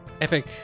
epic